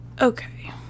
Okay